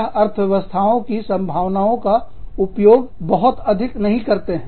या अर्थव्यवस्थाओं की संभावनाएं का उपयोग बहुत अधिक नहीं करते हैं